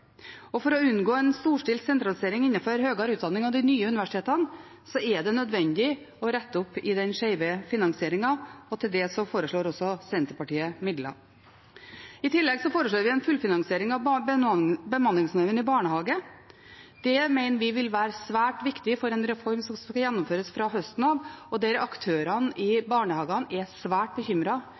For å unngå en storstilt sentralisering innenfor høyere utdanning og de nye universitetene er det nødvendig å rette opp i den skjeve finansieringen, og til det foreslår Senterpartiet også midler. I tillegg foreslår vi en fullfinansiering av bemanningsnormen i barnehage. Det mener vi vil være svært viktig for en reform som skal gjennomføres fra høsten av, og der aktørene i barnehagene er svært